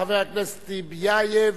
חבר הכנסת טיבייב,